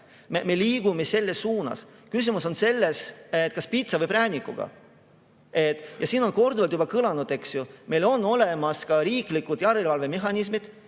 Me liigume selles suunas. Küsimus on selles, kas piitsa või präänikuga. Ja siin on korduvalt juba kõlanud, eks ju, et meil on olemas ka riiklik järelevalvemehhanism,